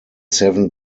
seven